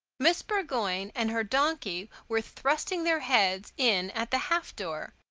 miss burgoyne and her donkey were thrusting their heads in at the half door.